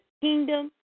Kingdom